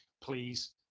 Please